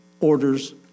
orders